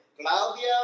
Claudia